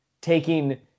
Taking